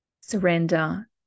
surrender